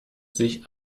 sich